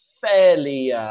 fairly